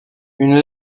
une